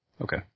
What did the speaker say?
Okay